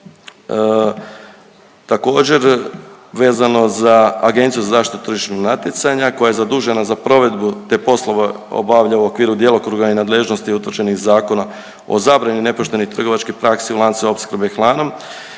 Također vezano za Agenciju za zaštitu tržišnog natjecanja koja je zadužena za provedbu te poslove obavlja u okviru djelokruga i nadležnosti utvrđenih Zakona o zabrani nepoštenih trgovačkih praksi u lancu opskrbe hranom